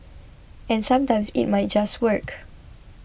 and sometimes it might just work